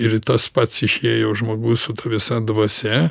ir tas pats išėjo žmogus su visa dvasia